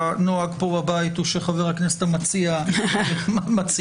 הנוהג פה בבית הוא שחברת הכנסת המציע מציע,